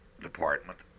department